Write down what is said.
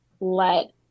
let